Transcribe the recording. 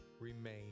remain